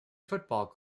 football